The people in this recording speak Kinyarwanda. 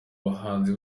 bahanzi